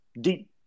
deep